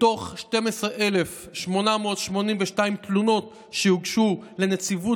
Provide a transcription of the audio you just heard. מתוך 12,882 תלונות שהוגשו לנציבות